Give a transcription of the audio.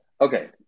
Okay